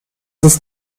ist